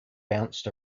bounced